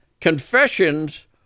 Confessions